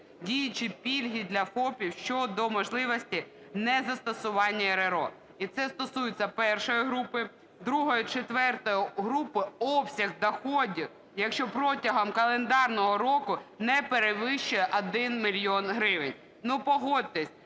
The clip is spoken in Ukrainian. діючі пільги для ФОПів щодо можливості не застосування РРО, і це стосується першої групи, другої, четвертої груп обсяг доходів, якщо протягом календарного року не перевищує 1 мільйон гривень. Ну, погодьтесь,